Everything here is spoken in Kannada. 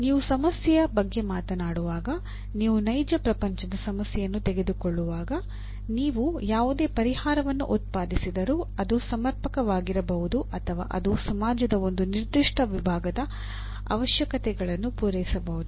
ನೀವು ಸಮಸ್ಯೆಯ ಬಗ್ಗೆ ಮಾತನಾಡುವಾಗ ನೀವು ನೈಜ ಪ್ರಪಂಚದ ಸಮಸ್ಯೆಯನ್ನು ತೆಗೆದುಕೊಳ್ಳುವಾಗ ನೀವು ಯಾವುದೇ ಪರಿಹಾರವನ್ನು ಉತ್ಪಾದಿಸಿದರೂ ಅದು ಸಮರ್ಪಕವಾಗಿರಬಹುದು ಅಥವಾ ಅದು ಸಮಾಜದ ಒಂದು ನಿರ್ದಿಷ್ಟ ವಿಭಾಗದ ಅವಶ್ಯಕತೆಗಳನ್ನು ಪೂರೈಸಬಹುದು